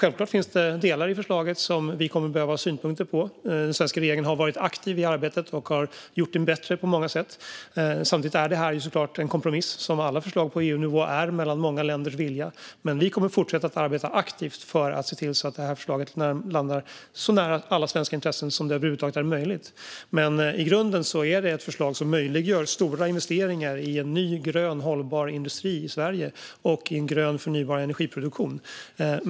Självklart finns det delar av förslaget som vi kommer att behöva ha synpunkter på. Den svenska regeringen har varit aktiv i arbetet och gjort det bättre på många sätt. Samtidigt är detta såklart en kompromiss, som alla förslag på EU-nivå är, mellan många länders vilja. Men vi kommer att fortsätta att arbeta aktivt för att se till att det här förslaget landar så nära alla svenska intressen som över huvud taget är möjligt. I grunden är det dock ett förslag som möjliggör stora investeringar i ny, grön och hållbar industri i Sverige och i en grön, förnybar energiproduktion.